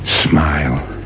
Smile